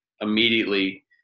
immediately